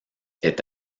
est